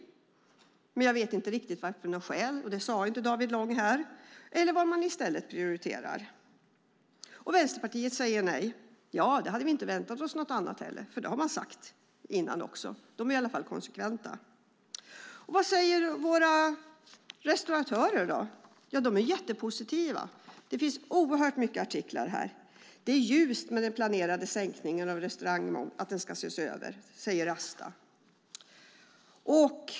Jag vet inte riktigt vad som är skälet - David Lång nämnde det inte här - eller vad man i stället prioriterar. Även de i Vänsterpartiet säger nej. Men vi hade inte väntat oss något annat eftersom de också tidigare sagt nej. De är i alla fall konsekventa. Vad säger då våra restauratörer? Ja, de är mycket positiva. Det finns oerhört många artiklar i sammanhanget. Det är ljust med den planerade sänkningen av restaurangmomsen och att den ska ses över, säger Asta.